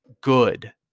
good